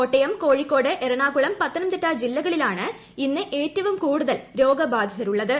കോട്ടയം കോഴിക്കോട് എർണാകുളം പത്തനംതിട്ട ജില്ലകളിലാണ് ഇന്ന് ഏറ്റവും കൂടുതൽ രോഗബാധിതരുള്ളത്